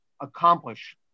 accomplish